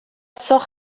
zor